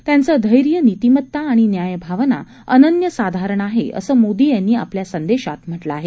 त्यांचं धर्ष्ठ नितीमता आणि न्यायभावना अनन्यसाधारण आहे असं मोदी यांनी आपल्या संदेशात म्हटले आहे